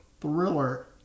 thriller